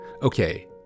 Okay